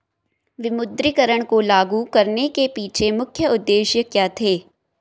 विमुद्रीकरण को लागू करने के पीछे मुख्य उद्देश्य क्या थे?